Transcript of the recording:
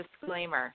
disclaimer